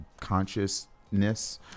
consciousness